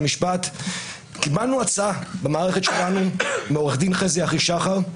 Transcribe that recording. קיבלנו הצעה במערכת שלנו מעורך דין חזי אחישחר,